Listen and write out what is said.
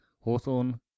Hawthorne